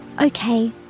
Okay